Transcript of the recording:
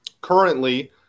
currently